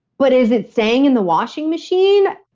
but is it staying in the washing machine?